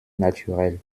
naturel